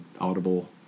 audible